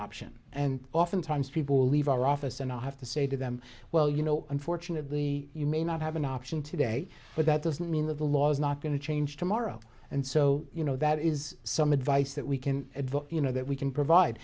option and oftentimes people leave our office and i have to say to them well you know unfortunately you may not have an option today but that doesn't mean that the law is not going to change tomorrow and so you know that is some advice that we can you know that we can provide